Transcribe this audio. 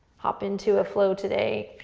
hop into a flow today,